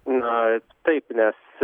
na taip nes